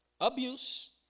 abuse